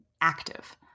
active